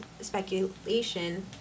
speculation